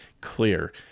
clear